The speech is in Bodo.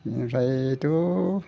इनिफ्रायथ'